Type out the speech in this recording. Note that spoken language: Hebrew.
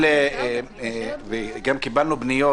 אם המקום פועל על בסיס משלוחים הוא כן יכול לפעול.